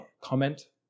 Comment